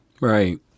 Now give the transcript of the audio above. Right